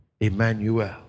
Emmanuel